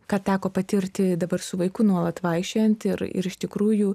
ką teko patirti dabar su vaiku nuolat vaikščiojant ir ir iš tikrųjų